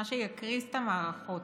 מה שיקריס את המערכות.